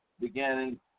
beginning